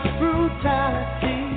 brutality